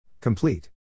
Complete